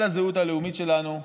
על הזהות הלאומית שלנו,